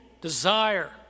desire